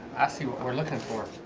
i see what we're looking for.